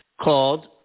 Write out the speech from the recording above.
called